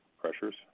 pressures